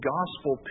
Gospel